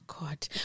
god